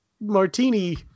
martini